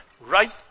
right